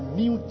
new